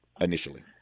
initially